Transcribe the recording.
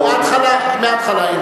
מההתחלה.